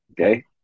Okay